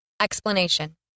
Explanation